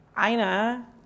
aina